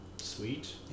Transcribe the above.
sweet